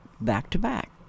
back-to-back